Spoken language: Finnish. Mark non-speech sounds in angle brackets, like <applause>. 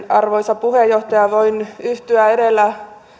<unintelligible> arvoisa puheenjohtaja voin yhtyä edellä